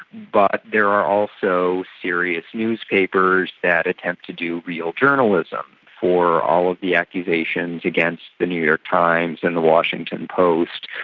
but there are also serious newspapers that attempt to do real journalism. for all of the accusations against the new york times and the washington post,